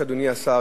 אדוני השר,